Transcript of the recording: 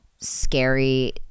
scary